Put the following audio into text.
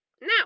Now